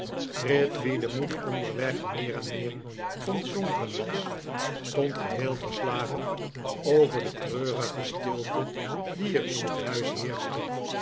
gride wien de moed onderweg meer en meer ontzonken was stond geheel verslagen over de treurige stilte die er in het huis